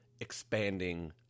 expanding